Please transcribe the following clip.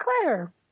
Claire